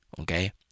Okay